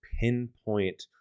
pinpoint